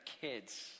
kids